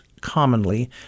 commonly